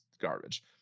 garbage